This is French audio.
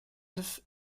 neuf